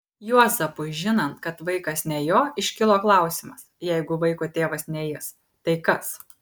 juozapui žinant kad vaikas ne jo iškilo klausimas jeigu vaiko tėvas ne jis tai kas